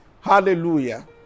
Hallelujah